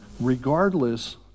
regardless